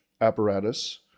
apparatus